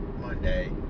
Monday